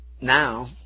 Now